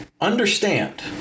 understand